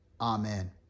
amen